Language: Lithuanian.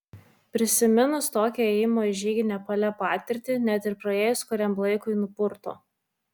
prisiminus tokią ėjimo į žygį nepale patirtį net ir praėjus kuriam laikui nupurto